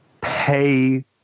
pay